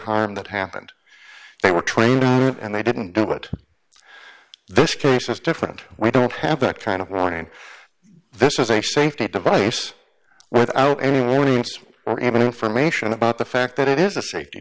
harm that happened they were trained and they didn't do what this case is different we don't have that kind of warning this is a safety device without any warnings or even information about the fact that it is a safety